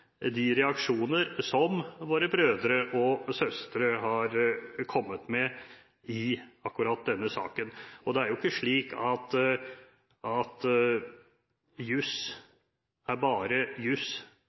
de reaksjoner som våre brødre og søstre har kommet med i akkurat denne saken. Det er jo ikke slik at